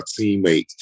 teammate